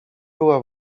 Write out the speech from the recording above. była